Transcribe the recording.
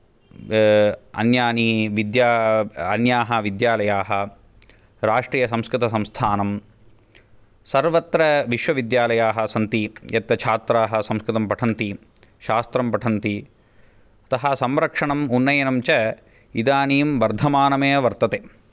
अन्यानि विद्या अन्याः विद्यालयाः राष्ट्रियसंस्कृतसंस्थानं सर्वत्र विश्वविद्यालयाः सन्ति यत्र छात्राः संस्कृतं पठन्ति शास्त्रं पठन्ति अतः संरक्षणम् उन्नयनं च इदानीं वर्धमानमेव वर्तते